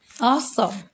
Awesome